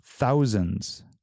thousands